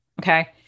okay